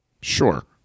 sure